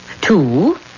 Two